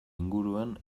inguruan